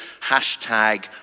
hashtag